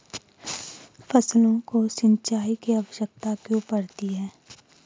फसलों को सिंचाई की आवश्यकता क्यों पड़ती है?